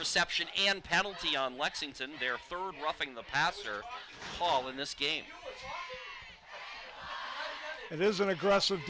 reception and penalty on lexington their third roughing the passer call in this game it is an aggressive